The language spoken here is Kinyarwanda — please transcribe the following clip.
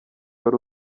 wari